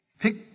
Pick